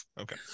Okay